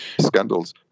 scandals